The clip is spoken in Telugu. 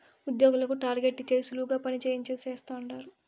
ఉద్యోగులకు టార్గెట్ ఇచ్చేది సులువుగా పని చేయించేది చేస్తండారు